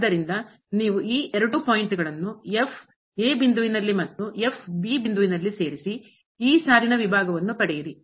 ಆದ್ದರಿಂದ ನೀವು ಈ ಎರಡು ಪಾಯಿಂಟ್ಗಳನ್ನು a ಬಿಂದುವಿನಲ್ಲಿ ಮತ್ತು b ಬಿಂದುವಿನಲ್ಲಿ ಸೇರಿಸಿ ಈ ಸಾಲಿನ ವಿಭಾಗವನ್ನು ಪಡೆಯಿರಿ